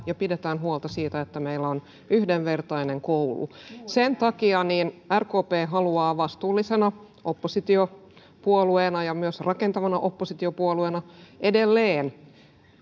ja pidetään huolta siitä että meillä on yhdenvertainen koulu sen takia rkp haluaa vastuullisena oppositiopuolueena ja myös rakentavana oppositiopuolueena edelleen